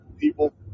people